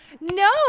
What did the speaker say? No